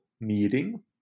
meeting